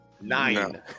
Nine